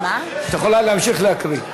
את יכולה להמשיך להקריא.